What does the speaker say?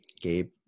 Gabe